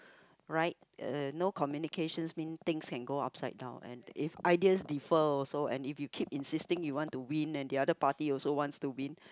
right uh no communications means things can go upside down and if ideas defer also and if you keep insisting you want to win and the other party also wants to win